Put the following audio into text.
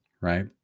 right